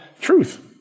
truth